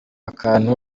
akantu